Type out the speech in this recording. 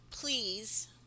Please